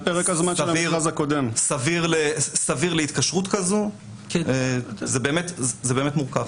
סביר להתקשרות כזו, זה באמת מורכב.